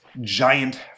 giant